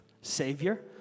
savior